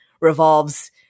Revolves